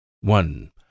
One